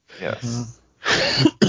Yes